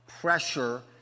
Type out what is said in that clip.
pressure